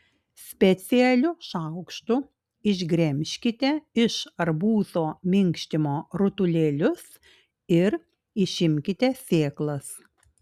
specialiu šaukštu išgremžkite iš arbūzo minkštimo rutulėlius ir išimkite sėklas